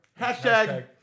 Hashtag